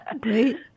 great